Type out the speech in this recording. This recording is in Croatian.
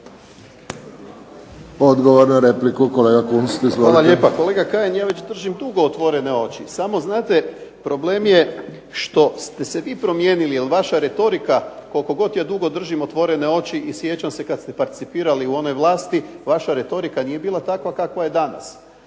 Odgovor na repliku, kolega Kunst. Izvolite. **Kunst, Boris (HDZ)** Hvala lijepa. Kolega Kajin, ja već držim dugo otvorene oči samo znate problem je što ste se vi promijenili, jer vaša retorika koliko god ja dugo držim otvorene oči i sjećam se kad ste parcipirali u onoj vlasti, vaša retorika nije bila takva kakva je danas.